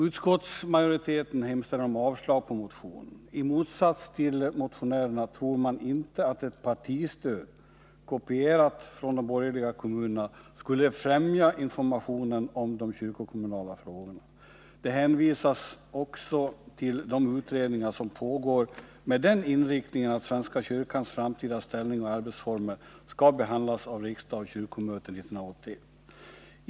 Utskottsmajoriteten hemställer om avslag på motionen. I motsats till motionären tror man inte att ett partistöd kopierat från det som utgår i de borgerliga kommunerna skulle främja informationen om de kyrkokommunala frågorna. Det hänvisas också till de utredningar som pågår och som har den inriktningen att svenska kyrkans ställning och framtida arbetsformer skall behandlas av riksdag och kyrkomöte 1981.